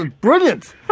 brilliant